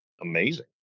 amazing